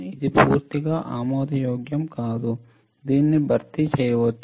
ఇది పూర్తిగా ఆమోదయోగ్యం కాదు దీనిని భర్తీ చేయవచ్చు